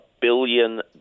billion